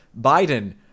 Biden